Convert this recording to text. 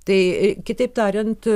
tai kitaip tariant